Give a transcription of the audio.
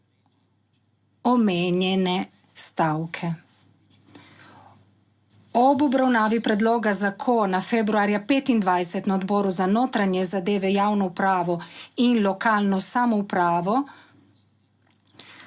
(Nadaljevanje) Ob obravnavi predloga zakona februarja 2025 na Odboru za notranje zadeve, javno upravo in lokalno samoupravo,